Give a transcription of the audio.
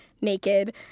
naked